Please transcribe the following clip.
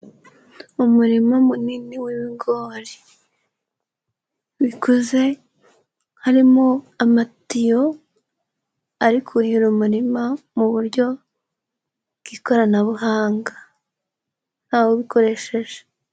Umurima munini w'ibigori, bikozeze harimo amatiyo ari kuhira umurima mu buryo, bw'ikoranabuhanga, ntawabikoresheje.